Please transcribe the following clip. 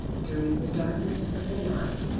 during the darkness of the night,